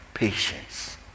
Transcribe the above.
Patience